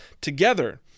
together